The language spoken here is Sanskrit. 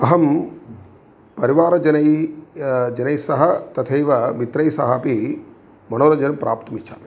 अहं परिवारजनैः जनैः सह तथैव मित्रैः सह अपि मनोरञ्जनं प्राप्तुमिच्छामि